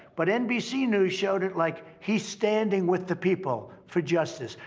but nbc news showed it like he's standing with the people for justice.